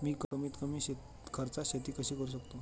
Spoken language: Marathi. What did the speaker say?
मी कमीत कमी खर्चात शेती कशी करू शकतो?